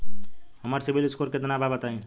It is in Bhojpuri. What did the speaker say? हमार सीबील स्कोर केतना बा बताईं?